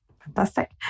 Fantastic